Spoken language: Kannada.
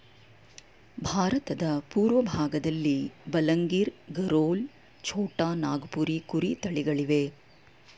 ಭಾರತದ ಪೂರ್ವಭಾಗದಲ್ಲಿ ಬಲಂಗಿರ್, ಗರೋಲ್, ಛೋಟಾ ನಾಗಪುರಿ ಕುರಿ ತಳಿಗಳಿವೆ